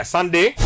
Sunday